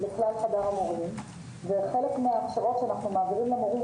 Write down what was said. לכלל חדר המורים וחלק מההכשרות שאנחנו מעבירים למורים